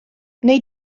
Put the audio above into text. wnei